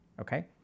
Okay